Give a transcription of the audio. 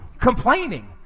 complaining